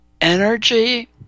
energy